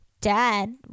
dad